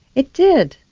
it did.